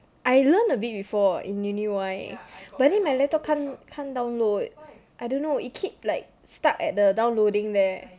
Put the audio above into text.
I learnt a bit before in uni Y but then my laptop can't can't download I don't know it keep like stuck at the downloading there